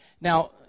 Now